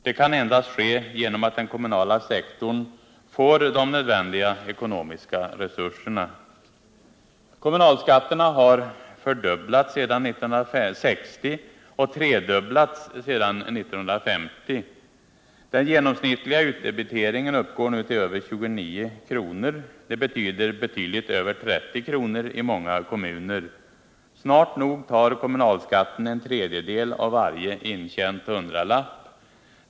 Det kan endast ske genom att den kommunala sektorn får de nödvändiga ekonomiska resurserna. Kommunalskatterna har fördubblats sedan 1960 och tredubblats sedan 1950. Den genomsnittliga utdebiteringen uppgår nu till över 29 kr. Det betyder väsentligt över 30 kr. i många kommuner. Snart nog tar kommunalskatten en tredjedel av varje intjärad hundralapp.